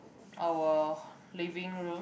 our living room